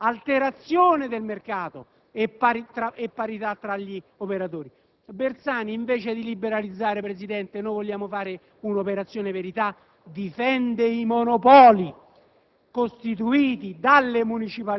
distorsione della concorrenza, alterazione del mercato e parità tra gli operatori. Bersani, invece di liberalizzare - vogliamo fare un'operazione verità - difende i monopoli